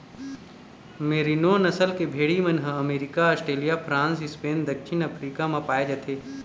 मेरिनों नसल के भेड़ी मन ह अमरिका, आस्ट्रेलिया, फ्रांस, स्पेन, दक्छिन अफ्रीका म पाए जाथे